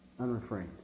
Unrefrained